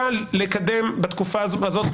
לקדם חקיקה בתקופה הזאת,